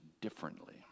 differently